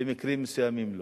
במקרים מסוימים לא.